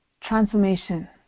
transformation